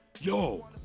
Yo